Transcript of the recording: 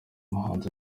muhanzi